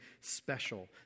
special